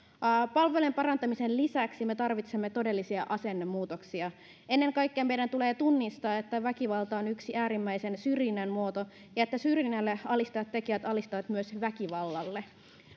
palvelujen parantamisen lisäksi me tarvitsemme todellisia asennemuutoksia ennen kaikkea meidän tulee tunnistaa että väkivalta on yksi äärimmäisen syrjinnän muoto ja että syrjinnälle altistavat tekijät altistavat myös väkivallalle